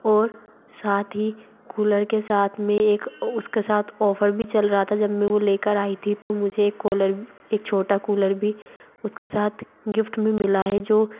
और साथ ही कूलर के साथ में एक उसके साथ ओफर भी चल रहा था जब मैं वो ले कर आई थी तो मुझे एक कोलर एक छोटा कूलर भी उसके साथ गिफ्ट में मिला है जो